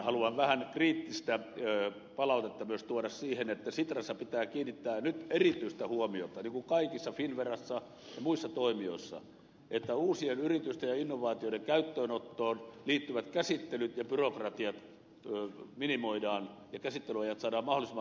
haluan vähän kriittistä palautetta myös tuoda sikäli että sitrassa pitää kiinnittää nyt erityistä huomiota niin kuin kaikissa finnverassa ja muissa toimijoissa siihen että uusien yritysten ja innovaatioiden käyttöönottoon liittyvät käsittelyt ja byrokratiat minimoidaan ja käsittelyajat saadaan mahdollisimman lyhyiksi